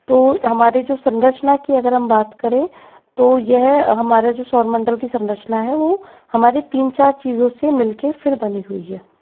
तो हमारे जो संरचना की अगर हम बात करें तो यह हमारे जो सौरमंडल की जो संरचना है वह हमारे तीन चार चीज़ों से मिल कर फिर बनी हुई है